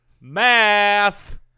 math